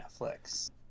netflix